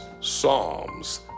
Psalms